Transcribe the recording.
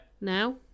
now